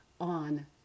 on